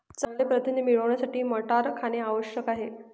चांगले प्रथिने मिळवण्यासाठी मटार खाणे आवश्यक आहे